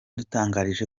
yadutangarije